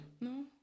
No